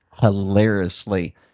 hilariously